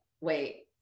wait